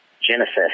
Genesis